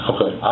Okay